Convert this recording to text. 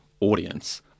audience